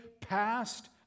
past